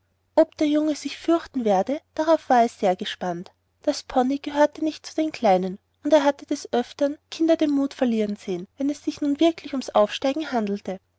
ob der junge sich fürchten werde darauf war er sehr gespannt der pony gehörte nicht zu den kleinen und er hatte des öftern kinder den mut verlieren sehen wenn es sich nun wirklich ums aufsteigen handelte